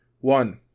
One